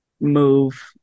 move